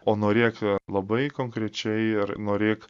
o norėk labai konkrečiai ir norėk